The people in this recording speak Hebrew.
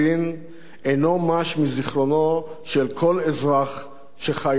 אינו מש מזיכרונו של כל אזרח שחי אז במדינה.